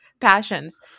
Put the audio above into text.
Passions